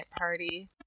party